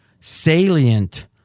salient